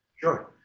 Sure